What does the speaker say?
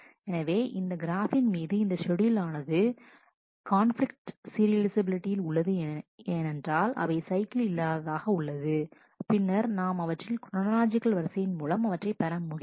எனவே இந்த கிராஃபின் மீது இந்த ஷெட்யூல் ஆனது கான்பிலிக்ட் சீரியலைஃசபிலிட்டியில் உள்ளது ஏனென்றால் அவை சைக்கிள் இல்லாததாக உள்ளது பின்னர் நாம் அவற்றில் குரானாலாஜிக்கல் வரிசையின் மூலம் அவற்றைப் பெற முடியும்